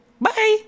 Bye